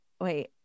wait